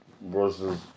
versus